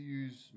use